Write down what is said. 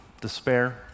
despair